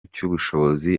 cy’ubushobozi